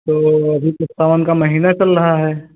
तो अभी सावन का महिना चल रहा है